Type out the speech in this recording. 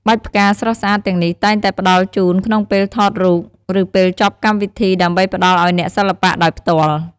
បាច់ផ្កាស្រស់ស្អាតទាំងនេះតែងតែផ្តល់ជូនក្នុងពេលថតរូប ឬពេលចប់កម្មវិធី ដើម្បីផ្ដល់ឱ្យអ្នកសិល្បៈដោយផ្ទាល់។